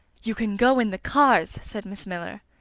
you can go in the cars, said miss miller.